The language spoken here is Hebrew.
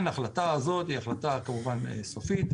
ההחלטה היא החלטה סופית,